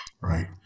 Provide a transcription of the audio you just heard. right